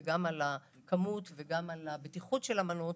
על הכמות ועל הבטיחות של המנות.